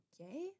okay